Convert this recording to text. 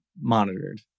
monitored